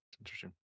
interesting